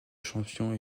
champion